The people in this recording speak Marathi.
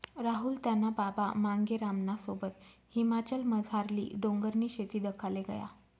राहुल त्याना बाबा मांगेरामना सोबत हिमाचलमझारली डोंगरनी शेती दखाले गया